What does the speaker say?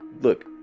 Look